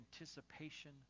anticipation